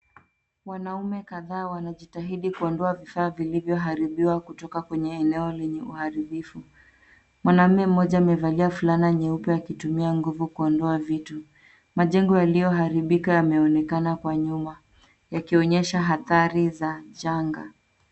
Wanaume kadhaa wanajitahidi kuondoka vifaa vilivyoharibiwa kutoka kwenye eneo lenye uharibifu. Mwanaume mmoja amevalia fulana nyeupe akitumia nguvu kuondoa vitu. Majengo yaliyoharibika yameonekana kwa nyuma, yakionyesha athari za janga.